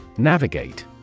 Navigate